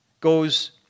goes